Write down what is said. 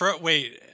Wait